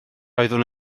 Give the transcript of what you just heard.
oeddwn